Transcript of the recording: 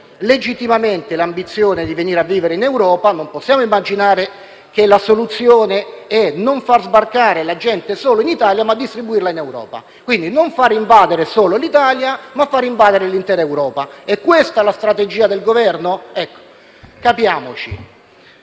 legittimamente l'ambizione di venire a vivere in Europa. Non possiamo allora immaginare che la soluzione sia di non far sbarcare la gente solo in Italia, ma distribuirla in Europa e, quindi, far invadere non solo l'Italia, ma l'intera Europa. È questa la strategia del Governo? Capiamoci.